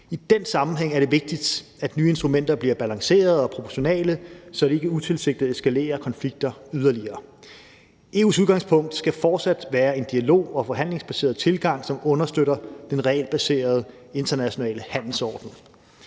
I den sammenhæng er det vigtigt, at nye instrumenter bliver balancerede og proportionale, så det ikke utilsigtet eskalerer konflikter yderligere. EU's udgangspunkt skal fortsat være en dialog- og forhandlingsbaseret tilgang, som understøtter den regelbaserede internationale handelsorden.